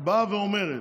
באה ואומרת: